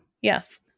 Yes